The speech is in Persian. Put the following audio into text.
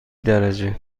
درجه